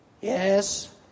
yes